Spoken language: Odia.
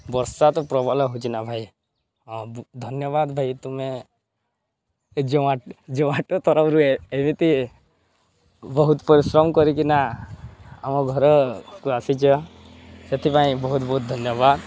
ବର୍ଷା ତ ପ୍ରବଳ ହେଉଛି ନା ଭାଇ ହଁ ଧନ୍ୟବାଦ ଭାଇ ତୁମେ ଏ ଜୋମାଟୋ ଜୋମାଟୋ ତରଫରୁ ଏମିତି ବହୁତ ପରିଶ୍ରମ କରିକିନା ଆମ ଘରକୁ ଆସିଛ ସେଥିପାଇଁ ବହୁତ ବହୁତ ଧନ୍ୟବାଦ